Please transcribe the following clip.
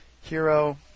Hero